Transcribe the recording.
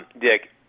Dick